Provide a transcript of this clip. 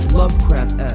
lovecraft